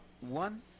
one